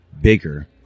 bigger